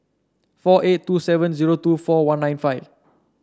four eight two seven zero two four one nine five